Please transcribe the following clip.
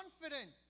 confident